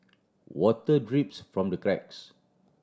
water drips from the cracks